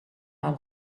are